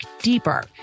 deeper